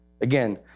Again